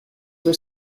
were